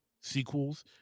sequels